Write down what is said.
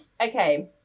Okay